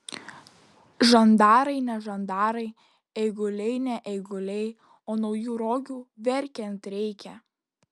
žandarai ne žandarai eiguliai ne eiguliai o naujų rogių verkiant reikia